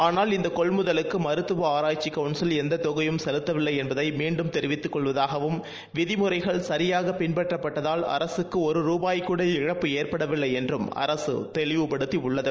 ஆனால் இந்தகொள்முதலுக்குமருத்துவக் எந்ததொகையும் செலுத்தவில்லைஎன்பதைமீண்டும் தெரிவித்துக் கொள்வதாகவும் விதிமுறைகள் சியாகபின்பற்றப்பட்டதால் அரசுக்குடுரு ரூபாய் கூட இழப்பு ஏற்படவில்லைஎன்றும் அரசுதெளிவுபடுத்தியுள்ளது